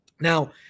Now